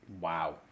Wow